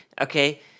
Okay